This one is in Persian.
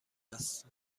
است